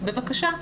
בבקשה.